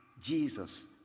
Jesus